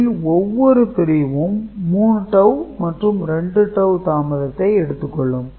இதில் ஒவ்வொரு பிரிவும் 3 டவூ மற்றும் 2 டவூ தாமதம் எடுத்துக் கொள்ளும்